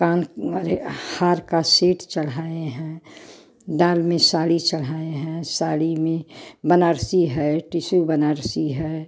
कान वाले हार का सेट चढ़ाए हैं डाल में साड़ी चढ़ाए हैं साड़ी में बनारसी है टिसू बनारसी है